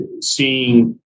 seeing